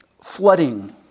flooding